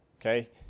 okay